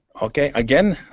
ok. again,